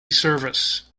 service